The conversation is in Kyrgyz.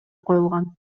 коюлган